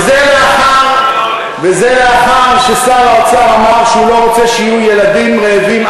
וזה לאחר ששר האוצר אמר שהוא לא רוצה שיהיו ילדים רעבים,